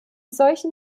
solchen